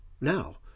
Now